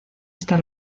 esta